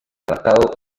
tratado